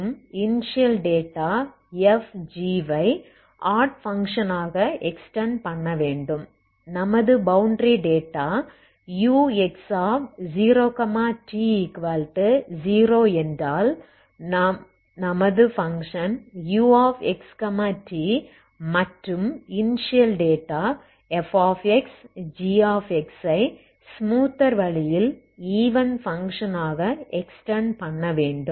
மற்றும் initial data f g வை odd function ஆக எக்ஸ்டெண்ட் பண்ண வேண்டும் நமது பௌண்டரி டேட்டா ux0t0என்றால் நாம் நமது பங்க்ஷன் uxt மற்றும் இனிஷியல் டேட்டா f g வை ஸ்மூத்தர் வழியில் ஈவன் பங்க்ஷன் ஆக எக்ஸ்டெண்ட் பண்ணவேண்டும்